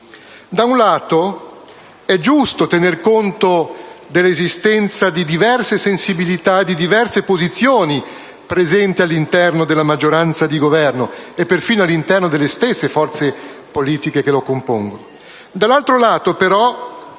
Da un lato, è giusto tener conto dell'esistenza di diverse sensibilità e posizioni all'interno della maggioranza di Governo e perfino delle stesse forze politiche che la compongono.